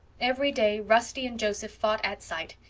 every day rusty and joseph fought at sight.